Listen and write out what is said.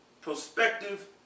prospective